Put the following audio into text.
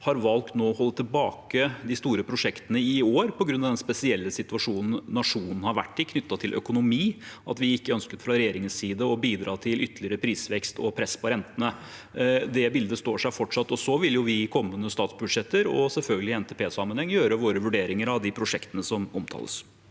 har valgt å holde tilbake de store prosjektene i år på grunn av den spesielle situasjonen nasjonen har vært i knyttet til økonomi, og at vi fra regjeringens side ikke ønsker å bidra til ytterligere prisvekst og press på rentene. Det bildet står seg fortsatt, og så vil vi i kommende statsbudsjetter, og selvfølgelig i NTP-sammenheng, gjøre våre vurderinger av de prosjektene som omtales.